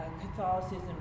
Catholicism